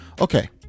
Okay